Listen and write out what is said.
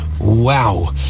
Wow